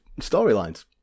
storylines